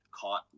caught